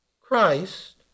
Christ